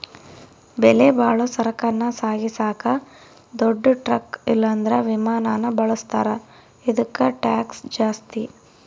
ಬೆಲೆಬಾಳೋ ಸರಕನ್ನ ಸಾಗಿಸಾಕ ದೊಡ್ ಟ್ರಕ್ ಇಲ್ಲಂದ್ರ ವಿಮಾನಾನ ಬಳುಸ್ತಾರ, ಇದುಕ್ಕ ಟ್ಯಾಕ್ಷ್ ಜಾಸ್ತಿ